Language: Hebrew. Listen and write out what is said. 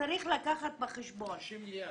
60 מיליארד.